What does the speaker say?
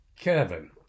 kevin